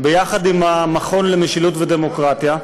יחד עם המכון למשילות ודמוקרטיה,